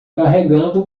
carregando